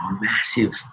massive